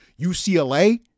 UCLA